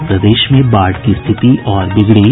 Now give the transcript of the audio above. और प्रदेश में बाढ़ की स्थिति और बिगड़ी